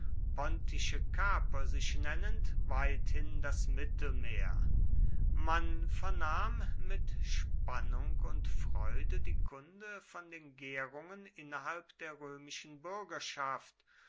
pontische kaper sich nennend weithin das mittelmeer man vernahm mit spannung und freude die kunde von den gärungen innerhalb der römischen bürgerschaft